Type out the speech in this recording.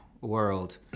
world